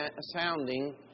sounding